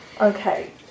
Okay